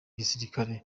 gisirikare